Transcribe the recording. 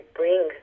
bring